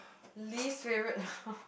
least favourite